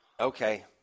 Okay